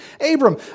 Abram